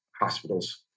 hospitals